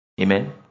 Amen